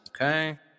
Okay